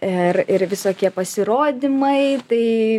ir ir visokie pasirodymai tai